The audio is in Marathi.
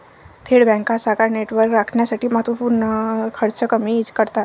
थेट बँका शाखा नेटवर्क राखण्यासाठी महत्त्व पूर्ण खर्च कमी करतात